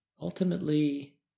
ultimately